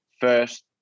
First